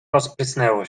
rozprysnęło